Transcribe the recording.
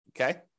okay